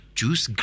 choose